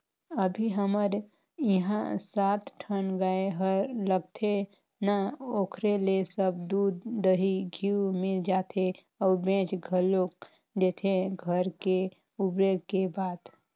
अभी हमर इहां सात ठन गाय हर लगथे ना ओखरे ले सब दूद, दही, घींव मिल जाथे अउ बेंच घलोक देथे घर ले उबरे के बाद